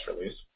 release